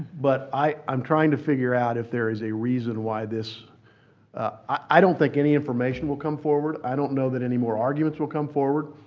but i i'm trying to figure out if there is a why this i don't think any information will come forward. i don't know that any more arguments will come forward.